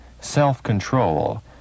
self-control